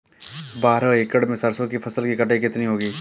बारह एकड़ में सरसों की फसल की कटाई कितनी होगी?